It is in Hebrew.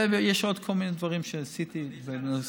יש עוד כל מיני דברים שעשיתי ואני עושה.